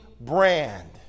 brand